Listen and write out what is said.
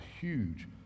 huge